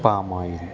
palm oil